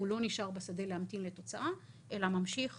הוא לא נשאר בשדה להמתין לתוצאה, אלא ממשיך